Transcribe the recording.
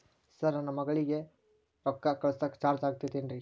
Sir ನನ್ನ ಮಗಳಗಿ ರೊಕ್ಕ ಕಳಿಸಾಕ್ ಚಾರ್ಜ್ ಆಗತೈತೇನ್ರಿ?